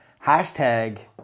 hashtag